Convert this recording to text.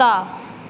ਕੁੱਤਾ